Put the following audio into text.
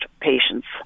patients